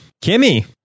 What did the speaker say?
Kimmy